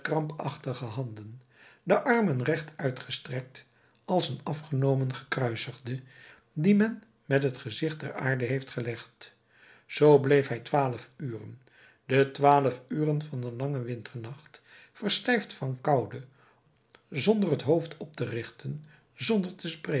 krampachtige handen de armen recht uitgestrekt als een afgenomen gekruisigde dien men met het gezicht ter aarde heeft gelegd zoo bleef hij twaalf uren de twaalf uren van een langen winternacht verstijfd van koude zonder het hoofd op te richten zonder te spreken